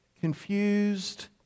confused